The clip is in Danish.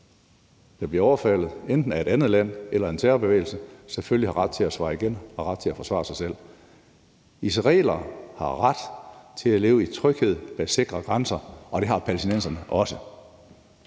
der bliver overfaldet af enten et andet land eller en terrorbevægelse, selvfølgelig har en ret til at svare igen og en ret til at forsvare sig selv. Israelerne har ret til at leve i tryghed bag sikre grænser, og det har palæstinenserne også.